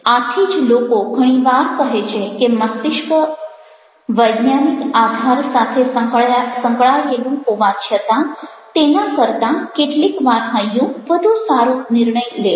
આથી જ લોકો ઘણી વાર કહે છે કે મસ્તિષ્ક વૈજ્ઞાનિક આધાર સાથે સંકળાયેલું હોવા છતાં તેના કરતાં કેટલીક વાર હૈયું વધુ સારો નિર્ણય લે છે